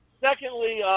Secondly